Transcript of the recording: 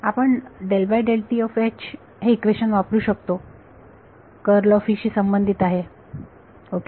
आपण हे इक्वेशन वापरू शकतो शी संबंधित आहे ओके